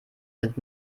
sind